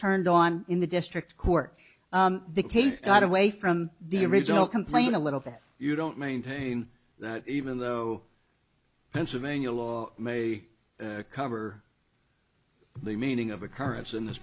turned on in the district court the case got away from the original complain a little bit you don't maintain that even though pennsylvania law may cover the meaning of occurrence in this